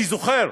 אני זוכר,